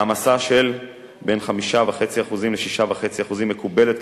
העמסה של בין 5.5% ל-6.5% מקובלת,